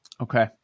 Okay